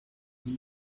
sie